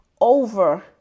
over